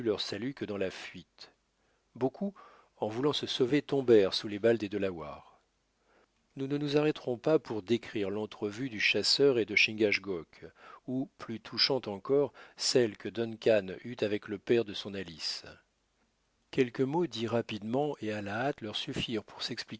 salut que dans la fuite beaucoup en voulant se sauver tombèrent sous les balles des delawares nous ne nous arrêterons pas pour décrire l'entrevue du chasseur et de chingachgook ou plus touchante encore celle que duncan eut avec le père de son alice quelques mots dits rapidement et à la hâte leur suffirent pour